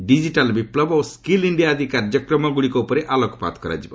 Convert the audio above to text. digital ବିପ୍ଲବ ଓ skill India ଆଦି କାର୍ଯ୍ୟକ୍ରମଗୁଡ଼ିକ ଉପରେ ଆଲୋକପାତ କରାଯିବ